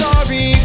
Sorry